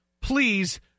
Please